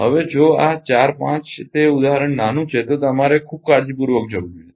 હવે જો આ 4 5 તે ઉદાહરણ નાનું છે તો તમારે ખૂબ કાળજીપૂર્વક જવું જોઈએ